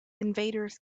invaders